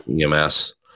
EMS